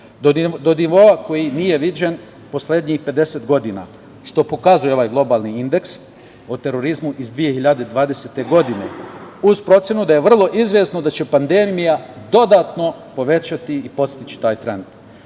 do nivoa koji nije viđen poslednjih 50 godina, što pokazuje ovaj globalni indeks o terorizmu iz 2020. godine uz procenu da je vrlo izvesno da će pandemija dodatno povećati i podstaći taj trend. Broj